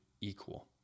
equal